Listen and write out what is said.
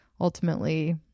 ultimately